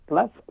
Plus